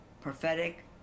prophetic